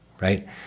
right